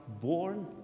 born